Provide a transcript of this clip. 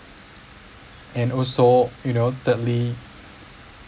and also you know thirdly